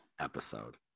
episode